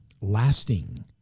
lasting